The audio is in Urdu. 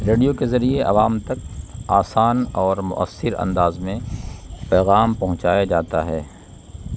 ریڈیو کے ذریعے عوام تک آسان اور مؤثر انداز میں پیغام پہنچایا جاتا ہے